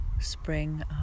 spring